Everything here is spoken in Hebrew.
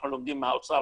אנחנו לומדים מהאוצר,